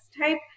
type